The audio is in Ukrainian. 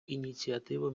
ініціативи